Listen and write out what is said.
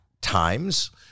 times